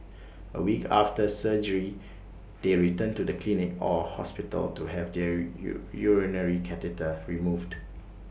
A week after surgery they return to the clinic or hospital to have their urinary catheter removed